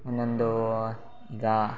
ಒನ್ನೊಂದು ಈಗ